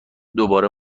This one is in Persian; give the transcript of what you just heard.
دوباره